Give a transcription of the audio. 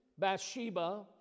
Bathsheba